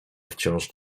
wciąż